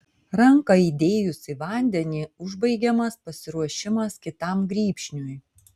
ranką įdėjus į vandenį užbaigiamas pasiruošimas kitam grybšniui